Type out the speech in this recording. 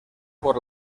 por